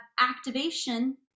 activation